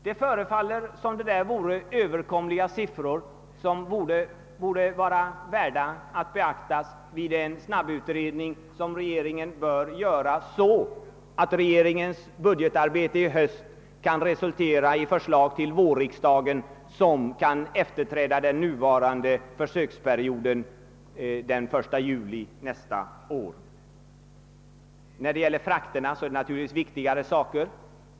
Det förefaller som om detta vore överkomliga kostnader som borde vara värda att beaktas vid en snabbutredning, som regeringen bör göra, så att regeringens budgetarbete till hösten kan resultera i förslag till vårriksdagen, som kan träda i kraft då den nuvarande försöksperioden utgår den 1 juli nästa år. Vad beträffar frakterna är det naturligtvis fråga om viktigare saker.